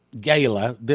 gala